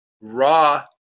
raw